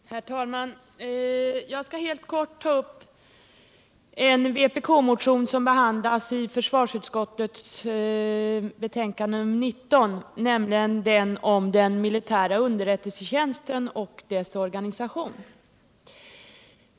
Herr talman! Jag skall helt kort ta upp en vpk-motion som behandlas i försvarsutskottets betänkande nr 19 och som gäller den militära underrättelsetjänsten och dess organisation.